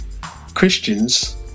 Christians